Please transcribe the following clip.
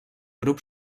grup